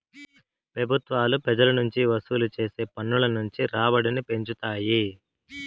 పెబుత్వాలు పెజల నుంచి వసూలు చేసే పన్నుల నుంచి రాబడిని పెంచుతాయి